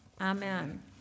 Amen